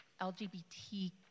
LGBT